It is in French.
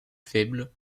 faible